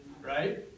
right